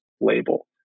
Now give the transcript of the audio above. label